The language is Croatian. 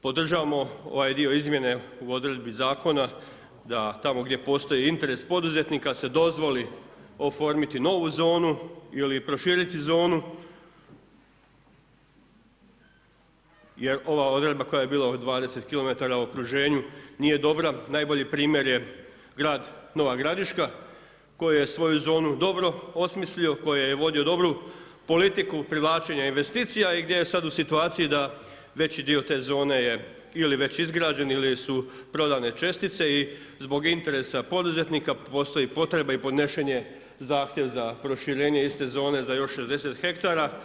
Podržavamo ovaj dio izmjene u odredbi zakona da tamo gdje postoji interes poduzetnika se dozvoli oformiti novu zonu ili proširiti zonu jer ova odredba koja je bila ovih 20 km u okruženju nije dobra, najbolji primjer je grad Nova Gradiška koji je svoju zonu dobro osmislio, koji je vodio dobru politiku privlačenja investicija i gdje je sad u situaciji da već dio te zone je ili je već izgrađen ili su prodane čestice i zbog interesa poduzetnika postoji potreba i podnesen je zahtjev za proširenje iste zone za još 60 ha.